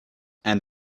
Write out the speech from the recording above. and